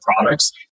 products